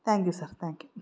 thank you sir thank you